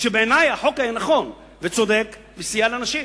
כשבעיני החוק היה נכון וצודק וסייע לאנשים.